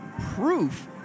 Proof